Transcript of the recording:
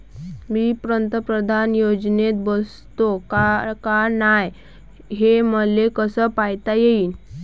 मी पंतप्रधान योजनेत बसतो का नाय, हे मले कस पायता येईन?